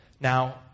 Now